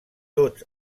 tots